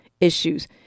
issues